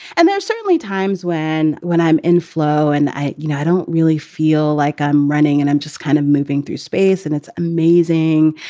and there's certainly times when when i'm in flow and i you know, i don't really feel like i'm running and i'm just kind of moving through space. and it's amazing.